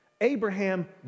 Abraham